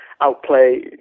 outplay